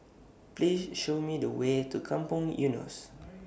Please Show Me The Way to Kampong Eunos